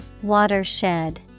Watershed